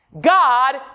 God